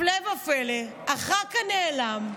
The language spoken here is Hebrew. הפלא ופלא, הח"כ נעלם,